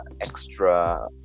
extra